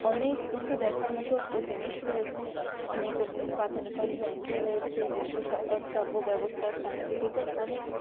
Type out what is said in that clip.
অনেক কিছু দেখার মতো ও জিনিস রয়েছে অনেক বাতানুকূল যন্ত্র রয়েছে দৃশ্য শ্রাব শ্রাব্য ব্যবস্থা সায়েন্স সিটিতে অনেক